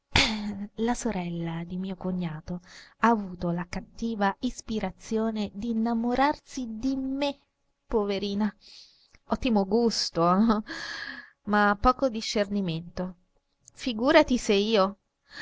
la sorella di mio cognato ha avuto la cattiva ispirazione d'innamorarsi di me poverina ottimo gusto ma poco discernimento figurati se io